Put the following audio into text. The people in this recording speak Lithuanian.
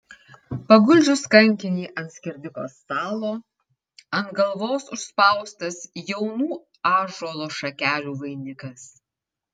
paguldžius kankinį ant skerdiko stalo ant galvos užspaustas jaunų ąžuolo šakelių vainikas